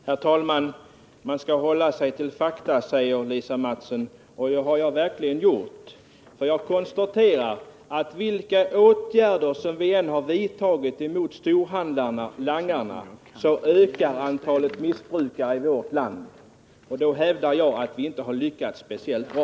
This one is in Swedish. Herr talman! Man skall hålla sig till fakta, säger Lisa Mattson. Det har jag verkligen gjort. Jag konstaterar att vilka åtgärder vi än vidtar mot storhandlarna, langarna, så ökar ändå antalet missbrukare i vårt land. Då hävdar jag att vi inte har lyckats speciellt bra.